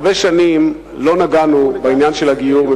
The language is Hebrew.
הרבה שנים לא נגענו בעניין של הגיור,